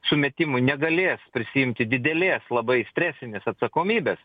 sumetimų negalės prisiimti didelės labai stresinės atsakomybės